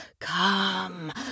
Come